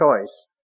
choice